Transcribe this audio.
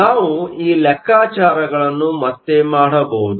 ನಾವು ಈ ಲೆಕ್ಕಾಚಾರಗಳನ್ನು ಮತ್ತೆ ಮಾಡಬಹುದು